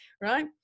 right